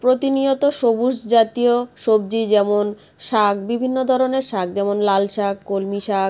প্রতিনিয়ত সবুজ জাতীয় সবজি যেমন শাক বিভিন্ন ধরনের শাক যেমন লাল শাক কলমি শাক